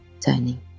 turning